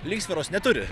lygsvaros neturi